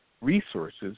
resources